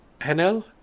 Hanel